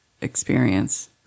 experience